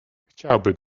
chciałabym